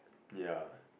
ya